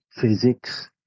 physics